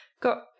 got